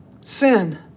sin